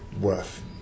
worth